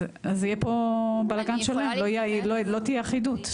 אז יהיה פה בלגאן שלם, לא תהיה אחידות.